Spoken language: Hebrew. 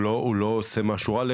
הוא לא עושה משהו רע,